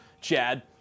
Chad